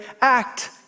act